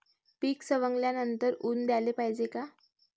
पीक सवंगल्यावर ऊन द्याले पायजे का?